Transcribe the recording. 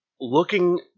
looking